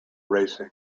racing